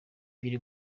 biri